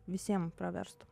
visiem praverstų